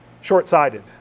short-sighted